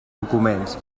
documents